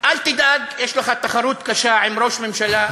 אל תדאג, יש לך תחרות קשה עם ראש ממשלה,